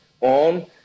on